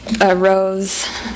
arose